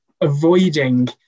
avoiding